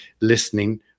listening